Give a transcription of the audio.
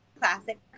classic